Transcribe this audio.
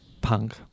punk